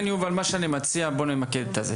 בואו רגע נמקד את הדברים.